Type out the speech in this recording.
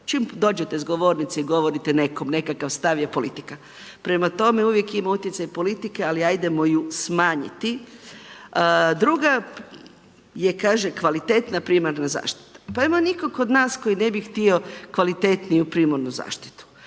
Čim dođete s govornice i govorite nekom nekakav stav, je politika. Prema tome, uvijek ima utjecaj politika, ali ajdemo ju smanjiti. Druga je kaže kvalitetna primarna zaštita. Pa nema nikog od nas koji ne bi htio kvalitetniju primarnu zaštitu.